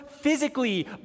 physically